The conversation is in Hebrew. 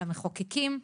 למחוקקים.